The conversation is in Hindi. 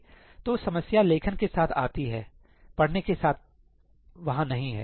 तो समस्या लेखन के साथ आती है पढ़ने के साथ वहाँ नहीं है